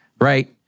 right